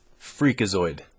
Freakazoid